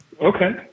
Okay